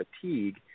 fatigue